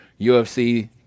UFC